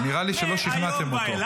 מהיום ואילך ------ נראה לי שלא שכנעתם אותו.